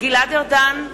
גלעד ארדן,